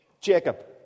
Jacob